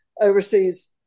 overseas